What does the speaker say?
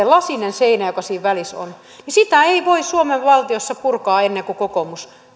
lasista seinää joka siinä välissä on ei voi suomen valtiossa purkaa ennen kuin kokoomus